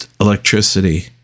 electricity